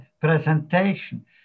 presentation